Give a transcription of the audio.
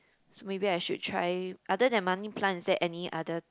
so maybe I should try other than money plant is there any other